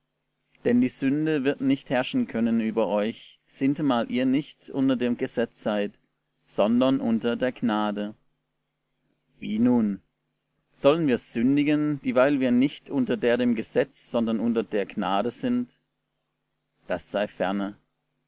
denn die sünde wird nicht herrschen können über euch sintemal ihr nicht unter dem gesetz seid sondern unter der gnade wie nun sollen wir sündigen dieweil wir nicht unter der dem gesetz sondern unter der gnade sind das sei ferne